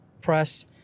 press